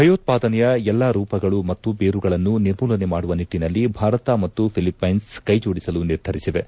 ಭಯೋತ್ವಾದನೆಯ ಎಲ್ಲಾ ರೂಪಗಳು ಮತ್ತು ಬೇರುಗಳನ್ನು ನಿರ್ಮೂಲನೆ ಮಾಡುವ ನಿಟ್ಲನಲ್ಲಿ ಭಾರತ ಮತ್ತು ಫಿಲಿಪ್ಲೆನ್ಸ್ ಕೈಜೋಡಿಸಲು ನಿರ್ಧರಿಸಿವೆ